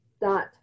dot